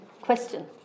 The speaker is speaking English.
question